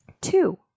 Two